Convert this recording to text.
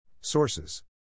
Sources